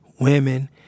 women